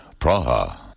Praha